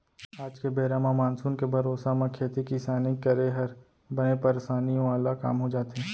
आज के बेरा म मानसून के भरोसा म खेती किसानी करे हर बने परसानी वाला काम हो जाथे